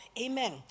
Amen